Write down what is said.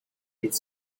with